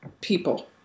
People